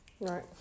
Right